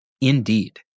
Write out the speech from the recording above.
Indeed